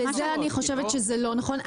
זה אני חושבת שזה לא נכון.